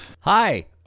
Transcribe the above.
Hi